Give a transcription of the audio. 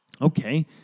okay